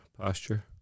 posture